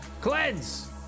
Cleanse